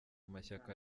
amashyaka